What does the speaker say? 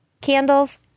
candles